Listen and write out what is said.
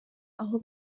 aho